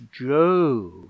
jove